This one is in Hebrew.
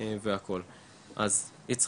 יצחק,